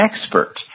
expert